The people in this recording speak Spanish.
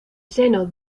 seno